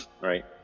right